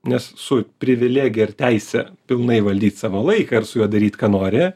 nes su privilegija ir teise pilnai valdyt savo laiką ir su juo daryt ką nori